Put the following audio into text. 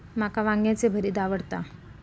माका वांग्याचे भरीत आवडता